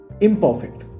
imperfect